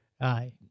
Aye